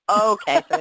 okay